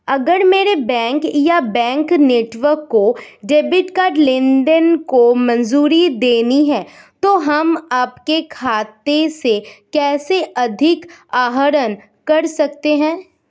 अगर मेरे बैंक या बैंक नेटवर्क को डेबिट कार्ड लेनदेन को मंजूरी देनी है तो हम आपके खाते से कैसे अधिक आहरण कर सकते हैं?